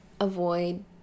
avoid